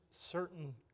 certain